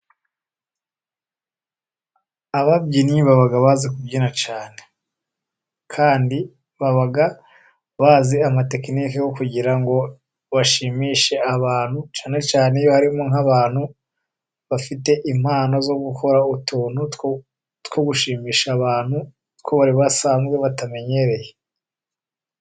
Ababyinnyi baba bazi kubyina cyane, kandi baba bazi amatekinike yo kugira ngo bashimishe abantu, cyane cyane nkiyo harimo nk'abantu bafite impano, zo gukora utuntu two gushimisha abantu, two bari basanzwe batamenyereye.